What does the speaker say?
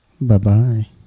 bye-bye